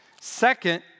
Second